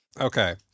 Okay